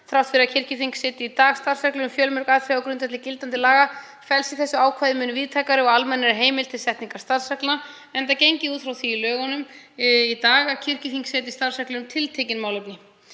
Þrátt fyrir að kirkjuþing setji í dag starfsreglur um fjölmörg atriði á grundvelli gildandi laga felst í þessu ákvæði mun víðtækari og almennari heimild til setningar starfsreglna enda er gengið út frá því í lögunum í dag að kirkjuþing setji starfsreglur um tiltekin málefni.